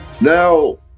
Now